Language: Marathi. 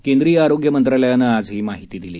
केंद्रीय आरोग्य मंत्रालयानं आज ही माहिती दिली